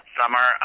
summer